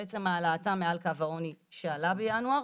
בעצם העלאתם מעל קו העוני שעלה בינואר.